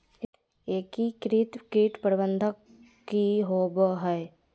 एकीकृत कीट प्रबंधन की होवय हैय?